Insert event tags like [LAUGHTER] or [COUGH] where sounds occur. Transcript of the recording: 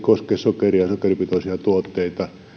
[UNINTELLIGIBLE] koske sokeria sokeripitoisia tuotteita